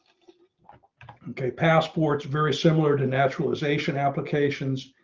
like okay passports, very similar to naturalization applications.